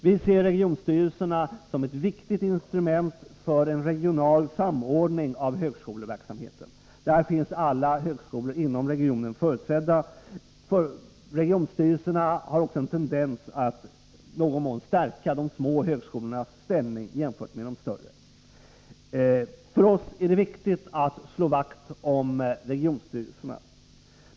Vi ser regionstyrelserna som ett viktigt instrument för en regional samordning av högskoleverksamheten. Där finns alla högskolor inom regionen företrädda. Regionstyrelserna har också en tendens att i någon mån stärka de små högskolornas ställning jämfört med de större. För oss är det viktigt att slå vakt om regionstyrelserna.